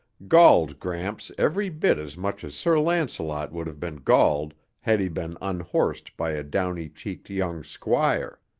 galled gramps every bit as much as sir lancelot would have been galled had he been unhorsed by a downy-cheeked young squire.